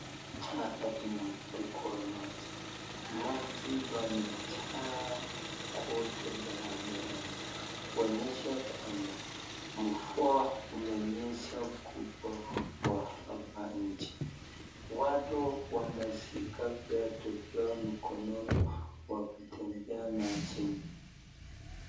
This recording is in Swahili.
Hapa kuna mfuriko wa maji, maji pamejaaa kote barabarani kunyesha kwamba mvua imenyesha kubwa kwa hapa nje, watu wanashika viatu vyao mkononi wakikimbia majini.